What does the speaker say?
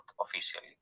officially